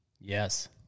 Yes